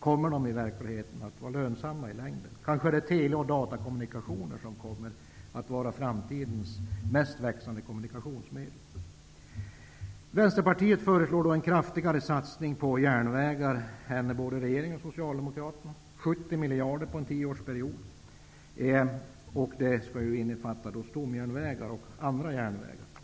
Kommer de i verkligheten att vara lönsamma i längden? Kanske är det tele och datakommunikationer som kommer att vara framtidens mest växande kommunikationsmedel? Vänsterpartiet föreslår en kraftigare satsning på järnvägar än vad både regeringen och Socialdemokraterna föreslår. Vi föreslår en satsning om 70 miljarder på en tioårsperiod, och denna satsning skall innefatta stomjärnvägar och andra järnvägar.